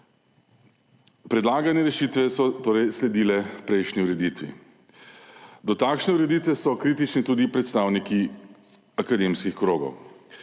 Predlagane rešitve so torej sledile prejšnji ureditvi. Do takšne ureditve so kritični tudi predstavniki akademskih krogov.